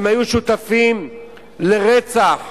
הם היו שותפים לרצח.